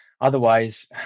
Otherwise